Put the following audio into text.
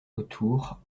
autour